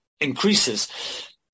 increases